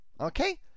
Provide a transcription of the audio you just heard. Okay